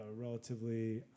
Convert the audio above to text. relatively